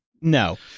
No